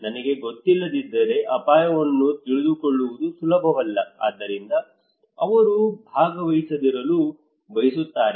ನನಗೆ ಗೊತ್ತಿಲ್ಲದಿದ್ದರೆ ಅಪಾಯವನ್ನು ತಿಳಿದುಕೊಳ್ಳುವುದು ಸುಲಭವಲ್ಲ ಆದ್ದರಿಂದ ಅವರು ಭಾಗವಹಿಸದಿರಲು ಬಯಸುತ್ತಾರೆ